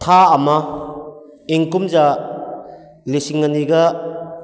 ꯊꯥ ꯑꯃ ꯏꯪ ꯀꯨꯝꯖꯥ ꯂꯤꯁꯤꯡ ꯑꯅꯤꯒ